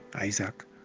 Isaac